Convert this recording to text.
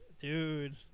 Dude